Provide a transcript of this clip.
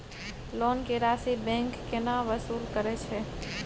Loan के राशि bank केना वसूल करे छै?